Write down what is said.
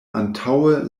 antaŭe